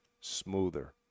smoother